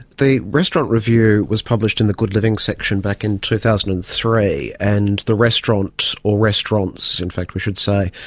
the restaurant review was published in the good living section back in two thousand and three, and the restaurant, or restaurants in fact we should say,